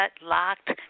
Locked